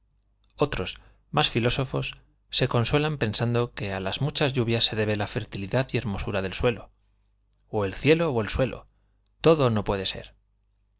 otros más filósofos se consuelan pensando que a las muchas lluvias se debe la fertilidad y hermosura del suelo o el cielo o el suelo todo no puede ser